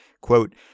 Quote